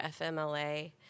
FMLA